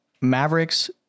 Mavericks